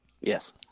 Yes